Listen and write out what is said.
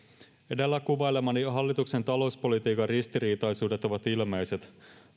edellä kuvailemani hallituksen talouspolitiikan ristiriitaisuudet ovat ilmeiset